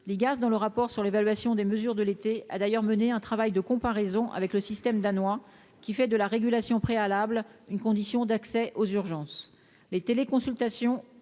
les gaz dans le rapport sur l'évaluation des mesures de l'été, a d'ailleurs mené un travail de comparaison avec le système danois qui fait de la régulation préalable, une condition d'accès aux urgences,